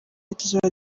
tuzaba